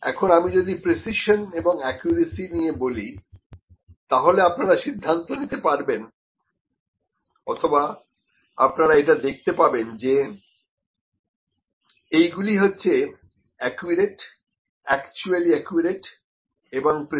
এখন আমি যদি প্রিসিশন এবং অ্যাকিউরেসি নিয়ে বলি তাহলে আপনারা সিদ্ধান্ত নিতে পারবেন অথবা আপনারা এটা দেখতে পাবেন যে এইগুলিকোয়াড্রেন্ট 4 হচ্ছে অ্যাকিউরেট একচুয়ালি অ্যাকিউরেট এবং প্রিসাইস